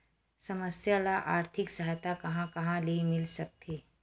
समस्या ल आर्थिक सहायता कहां कहा ले मिल सकथे?